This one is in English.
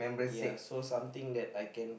ya so something that I can